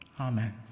Amen